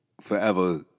forever